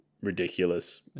ridiculous